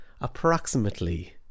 approximately